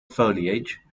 foliage